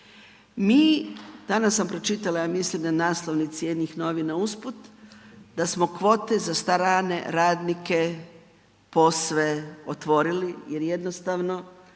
Mi, danas sam pročitala, ja mislim na naslovnici jednih novina usput da smo kvote za strane radnike posve otvorili jer jednostavno